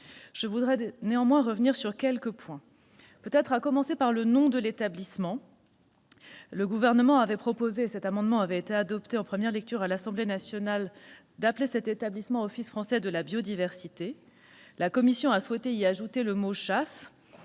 Je voudrais néanmoins revenir sur quelques points. Je commencerai par le nom de l'établissement. Le Gouvernement avait proposé- son amendement en ce sens avait été adopté en première lecture à l'Assemblée nationale -de l'appeler « Office français de la biodiversité ». La commission a souhaité y ajouter le mot « chasse ».